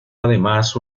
además